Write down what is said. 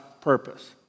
purpose